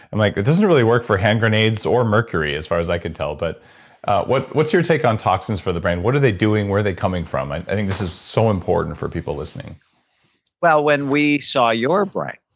i'm like, it doesn't really work for hand grenades or mercury as far as i can tell. but what's your take on toxins for the brain? what are they doing? where are they coming from? i i think this is so important for people listening when we saw your brain,